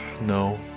No